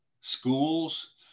schools